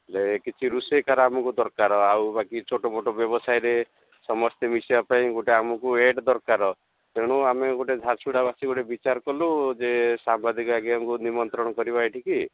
ହେ କିଛି ରୋଷେଇକାର ଆମକୁ ଦରକାର ଆଉ ବାକି ଛୋଟମୋଟ ବ୍ୟବସାୟରେ ସମସ୍ତେ ମିଶିବା ପାଇଁ ଗୋଟେ ଆମକୁ ଏଟ୍ ଦରକାର ତେଣୁ ଆମେ ଗୋଟେ ଝାରସୁସୁଡ଼ା ବାସୀ ଗୋଟେ ବିଚାର କଲୁ ଯେ ସାମ୍ବାଦିକ ଆଜ୍ଞକୁ ନିମନ୍ତ୍ରଣ କରିବା ଏଠିକି